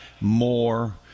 more